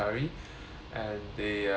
and there are